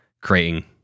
creating